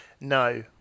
No